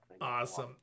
Awesome